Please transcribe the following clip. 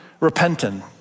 repentant